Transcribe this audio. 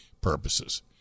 purposes